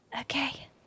okay